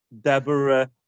Deborah